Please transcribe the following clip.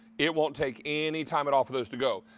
it won't take any time at all for those to go.